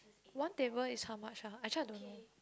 one table is how much ah actually I don't know